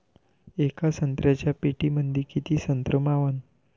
येका संत्र्याच्या पेटीमंदी किती संत्र मावन?